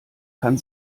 kann